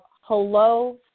Hello